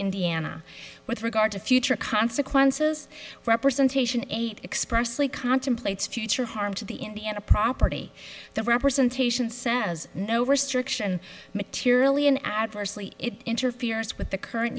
indiana with regard to future consequences representation eight expressly contemplates future harm to the in the in a property the representation says no restriction materially in adversely it interferes with the current